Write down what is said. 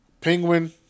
Penguin